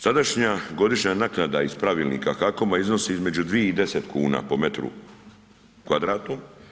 Sadašnja godišnja naknada iz pravilnika HAKOM-a iznosi između 2 i 10 kuna po metru kvadratnom.